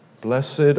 Blessed